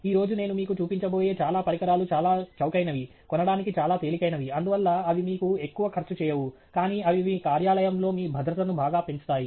ఈ రోజు నేను మీకు చూపించబోయే చాలా పరికరాలు చాలా చౌకైనవి కొనడానికి చాలా తేలికైనవి అందువల్ల అవి మీకు ఎక్కువ ఖర్చు చేయవు కానీ అవి మీ కార్యాలయంలో మీ భద్రతను బాగా పెంచుతాయి